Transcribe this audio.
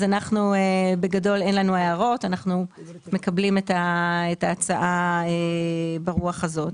אז בגדול אין לנו הערות ואנחנו מקבלים את ההצעה ברוח הזאת.